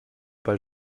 pas